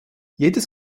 jedes